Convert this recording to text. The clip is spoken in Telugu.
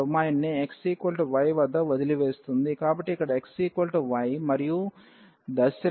కాబట్టి ఇక్కడ x y మరియు దిశలో